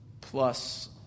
plus